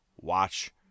watch